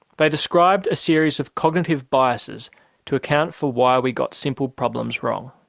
they described a series of cognitive biases to account for why we got simple problems wrong.